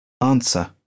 answer